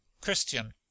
CHRISTIAN